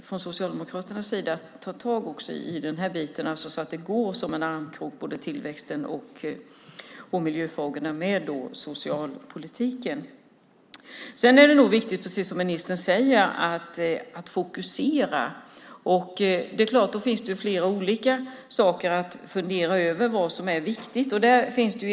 Från Socialdemokraternas sida anser vi att det också är viktigt att ta tag i den här biten så att tillväxten och miljöfrågorna går i armkrok med socialpolitiken. Precis som ministern säger är det viktigt att fokusera, och då finns det flera saker att fundera över beträffande vad som är viktigt.